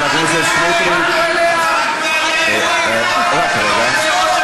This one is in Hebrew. ראש הממשלה, חבר הכנסת סמוטריץ, רק רגע.